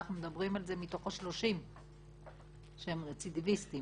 אנחנו מדברים על זה מתוך ה-30 שהם רצידיביסטים,